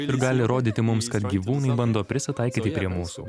ir gali rodyti mums kad gyvūnai bando prisitaikyti prie mūsų